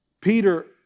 Peter